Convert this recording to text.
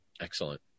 excellent